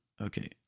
Okay